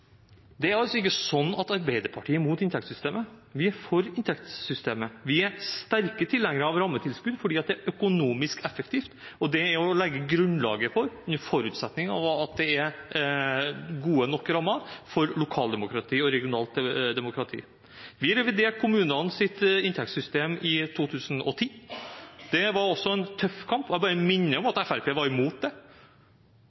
Det er ikke sånn at Arbeiderpartiet er imot inntektssystemet. Vi er for inntektssystemet. Vi er sterke tilhengere av rammetilskudd, fordi det er økonomisk effektivt. Det er å legge grunnlaget for – forutsatt at rammene er gode nok – lokaldemokrati og regionalt demokrati. Vi reviderte kommunenes inntektssystem i 2010. Det var også en tøff kamp. Jeg vil bare minne om